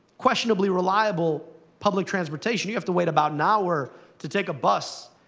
questionably reliable public transportation. you have to wait about an hour to take a bus.